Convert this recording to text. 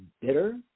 bitter